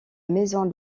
maison